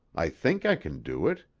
i think i can do it.